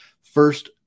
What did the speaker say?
First